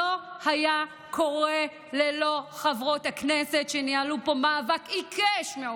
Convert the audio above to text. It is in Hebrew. שלא היה קורה ללא חברות הכנסת שניהלו פה מאבק עיקש מהאופוזיציה,